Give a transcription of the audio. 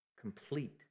Complete